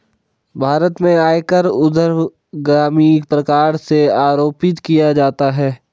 भारत में आयकर ऊर्ध्वगामी प्रकार से आरोपित किया जाता है